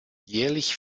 jährlich